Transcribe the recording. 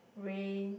rain